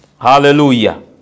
Hallelujah